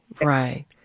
right